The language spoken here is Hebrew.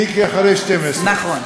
מיקי אחרי 24:00. נכון,